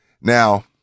Now